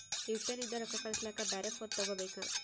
UPI ನಿಂದ ರೊಕ್ಕ ಕಳಸ್ಲಕ ಬ್ಯಾರೆ ಫೋನ ತೋಗೊಬೇಕ?